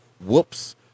Whoops